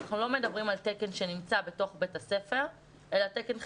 אנחנו לא מדברים על תקן שנמצא בתוך בית הספר אלא תקן חיצוני.